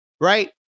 right